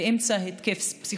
באמצע ההתקף הפסיכוטי,